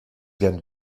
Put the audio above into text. vian